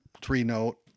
three-note